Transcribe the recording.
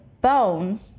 bone